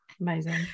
amazing